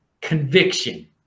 Conviction